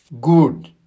good